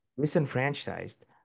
disenfranchised